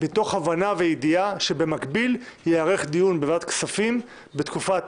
מתוך הבנה וידיעה שבמקביל ייערך דיון בוועדת הכספים בתקופת